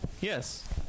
Yes